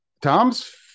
Tom's